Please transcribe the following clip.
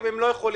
אם הם לא יכולים,